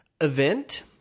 event